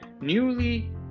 newly